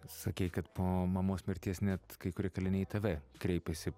sakei kad po mamos mirties net kai kurie kaliniai į tave kreipiasi